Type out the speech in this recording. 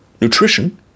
nutrition